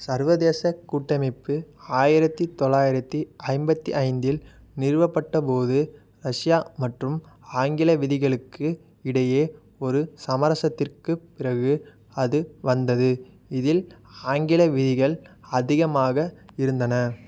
சர்வதேச கூட்டமைப்பு ஆயிரத்து தொளாயிரத்து ஐம்பத்து ஐந்தில் நிறுவப்பட்டபோது ரஷ்யா மற்றும் ஆங்கில விதிகளுக்கு இடையே ஒரு சமரசத்திற்குப் பிறகு அது வந்தது இதில் ஆங்கில விதிகள் அதிகமாக இருந்தன